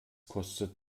kostet